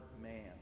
man